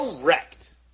Correct